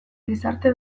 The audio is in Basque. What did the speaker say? gizarte